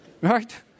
Right